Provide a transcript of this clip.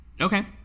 Okay